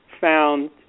found